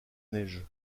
neige